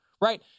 right